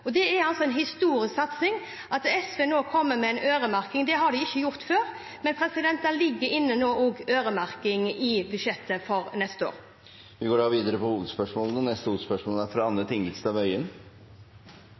Det er en historisk satsing. At SV nå kommer med øremerking – det har de ikke gjort før. Det ligger nå også inne øremerking i budsjettet for neste år. Vi går videre til neste hovedspørsmål. I vårt langstrakte land med store avstander og variert næringsstruktur er